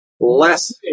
less